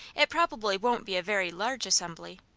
it probably won't be a very large assembly.